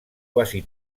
quasi